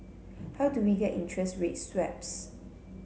how do we get interest rate swaps